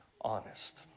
honest